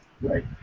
Right